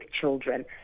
children